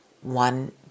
one